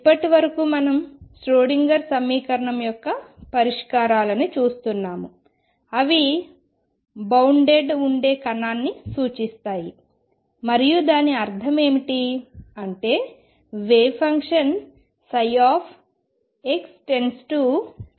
ఇప్పటివరకు మనం ష్రోడింగర్ సమీకరణం యొక్క పరిష్కారాలని చూస్తున్నాము అవి బౌండెడ్ కట్టుబడి ఉండే కణాన్ని సూచిస్తాయి మరియు దాని అర్థం ఏమిటి అంటే వేవ్ ఫంక్షన్ ψx→±∞→0